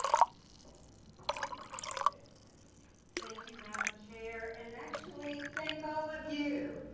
ah thank you, madam chair, and actually thank all of you.